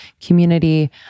community